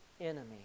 enemy